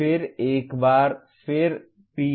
फिर एक बार फिर PO1 और PSO1